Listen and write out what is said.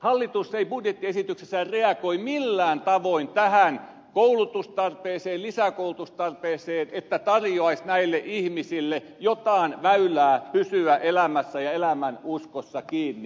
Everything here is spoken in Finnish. hallitus ei budjettiesityksessään reagoi millään tavoin tähän koulutustarpeeseen lisäkoulutustarpeeseen että tarjoaisi näille ihmisille jotain väylää pysyä elämässä ja elämänuskossa kiinni